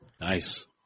Nice